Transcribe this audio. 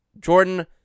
Jordan